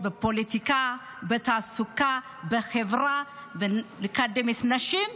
בפוליטיקה, בתעסוקה, בחברה ולקדם נשים.